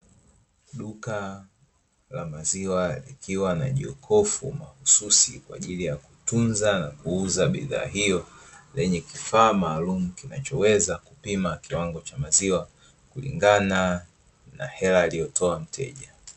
Duka la maziwa likiwa na jokofu mahususi kwaajili ya kutunza na kuuza bidhaa hiyo, lenye kifaa maalumu kinachoweza kupima kiwango cha maziwa kulingana na hela aliyotoa mteja.